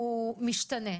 הוא משתנה.